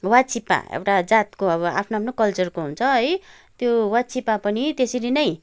वाचिप्पा एउटा जातको अब आफ्नो आफ्नो कलचरको हुन्छ है त्यो वाचिप्पा पनि त्यसरी नै